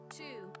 two